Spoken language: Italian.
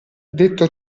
detto